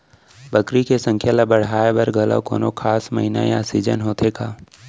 बकरी के संख्या ला बढ़ाए बर घलव कोनो खास महीना या सीजन होथे का?